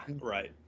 right